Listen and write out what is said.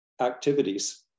activities